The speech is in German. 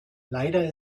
leider